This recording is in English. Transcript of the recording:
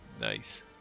nice